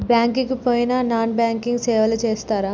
Bank కి పోయిన non banking సేవలు చేస్తరా?